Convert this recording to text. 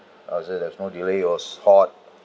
as it there's no delay it was hot